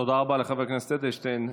תודה רבה לחבר הכנסת אדלשטיין.